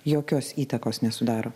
jokios įtakos nesudaro